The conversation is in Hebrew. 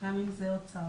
גם אם אלה הוצאות.